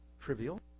trivial